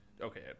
okay